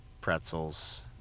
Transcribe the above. pretzels